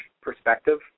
perspective